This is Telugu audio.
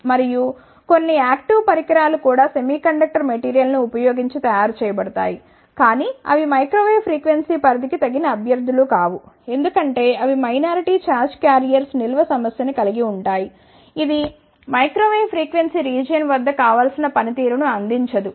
మరియు కొన్ని యాక్టివ్ పరికరాలు కూడా సెమీకండక్టర్ మెటీరియల్ను ఉపయోగించి తయారు చేయబడతాయి కాని అవి మైక్రో వేవ్ ఫ్రీక్వెన్సీ పరిధి కి తగిన అభ్యర్థులు కావు ఎందుకంటే అవి మైనారిటీ ఛార్జ్ క్యారియర్స్ నిల్వ సమస్య ని కలిగివుంటాయి ఇది మైక్రో వేవ్ ఫ్రీక్వెన్సీ రీజియన్ వద్ద కావాల్సిన పనితీరును అందించదు